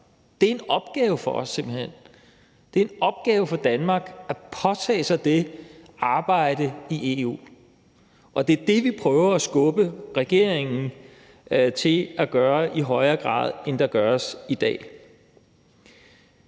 Det er en opgave for os simpelt hen. Det er en opgave for Danmark at påtage sig det arbejde i EU, og det er det, vi prøver at skubbe regeringen til at gøre i højere grad, end der gøres i dag.